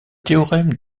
théorème